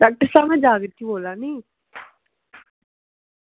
doctor साहब में जागृति बोल्ला नी